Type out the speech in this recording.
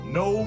no